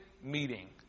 meeting